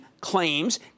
claims